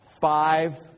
five